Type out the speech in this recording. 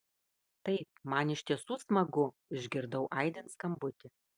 taip man iš tiesų smagu išgirdau aidint skambutį